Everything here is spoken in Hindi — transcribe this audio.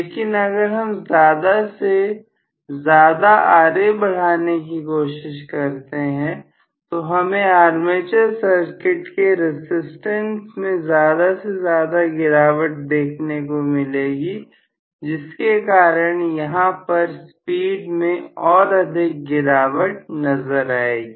लेकिन अगर हम ज्यादा से ज्यादा Ra बढ़ाने की कोशिश करते हैं तो हमें आर्मेचर सर्किट के रसिस्टेंस में ज्यादा से ज्यादा गिरावट देखने को मिलेगी जिसके कारण यहां पर स्पीड में और अधिक गिरावट नजर आएगी